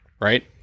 right